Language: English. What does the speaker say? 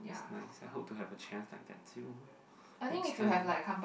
that's nice I hope to have a chance like that too next time